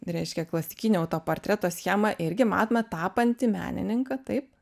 reiškė klasikinio autoportreto schemą irgi matome tapantį menininką taip